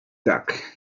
tak